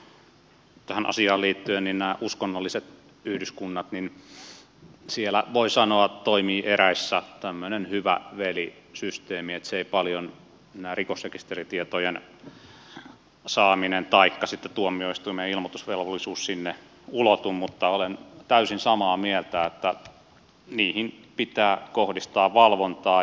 nyt tähän asiaan liittyen nämä uskonnolliset yhdyskunnat voi sanoa että eräissä toimii tämmöinen hyvä veli systeemi eivät sinne paljon rikosrekisteritietojen saaminen taikka sitten tuomioistuimeen ilmoitusvelvollisuus ulotu mutta olen täysin samaa mieltä että niihin pitää kohdistaa valvontaa